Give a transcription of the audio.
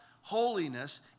holiness